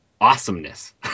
awesomeness